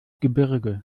gebirge